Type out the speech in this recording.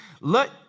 Let